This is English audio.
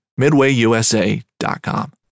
MidwayUSA.com